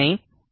કંઈ થશે નહીં